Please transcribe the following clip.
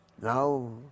Now